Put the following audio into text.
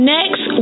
Next